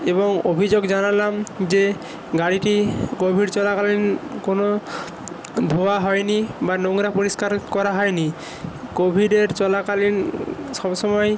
এবং অভিযোগ জানালাম যে গাড়িটি কোভিড চলাকালীন কোনো ধোয়া হয় নি বা নোংরা পরিষ্কার করা হয় নি কোভিডের চলাকালীন সব সময়ই